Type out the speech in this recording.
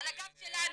על הגב שלנו.